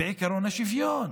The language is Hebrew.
בעקרון השוויון.